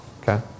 Okay